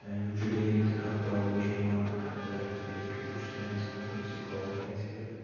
یوٗجؤلی ییٚلہِ تہِ کانٛہہ پرٛابلِم چھےٚ یِوان ؤرٕک رِلیٹٕڈ بہٕ چھُس تَمہِ وِزِ کَران تٔمسٕے کال کیٛازِکہِ